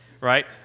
right